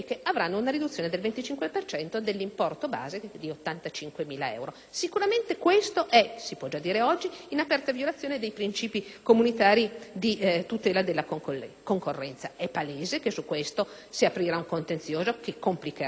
questo - si può già dire oggi - è in aperta violazione dei principi comunitari di tutela della concorrenza. È palese che su questo si aprirà un contenzioso che complicherà, ritarderà e costerà per le sanzioni che subiremo. Questo lo diciamo oggi